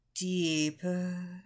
deeper